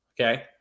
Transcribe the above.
okay